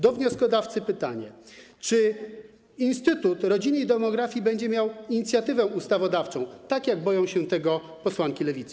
Do wnioskodawcy mam pytanie: Czy instytut rodziny i demografii będzie miał inicjatywę ustawodawczą, tak jak boją się tego posłanki Lewicy?